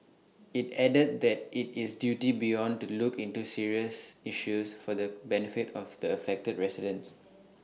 IT added that IT is duty beyond to look into serious issues for the benefit of the affected residents